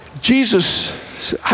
Jesus